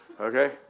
Okay